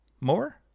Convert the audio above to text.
more